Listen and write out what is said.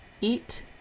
eat